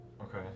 Okay